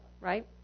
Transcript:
right